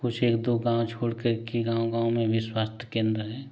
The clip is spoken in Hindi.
कुछ एक दो गाँव छोड़कर के गाँव गाँव में भी स्वास्थ्य केंद्र हैं